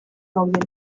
gaudenok